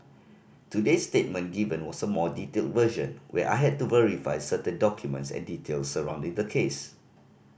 today's statement given was a more detailed version where I had to verify certain documents and details surrounding the case